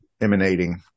emanating